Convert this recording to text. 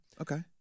Okay